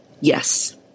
Yes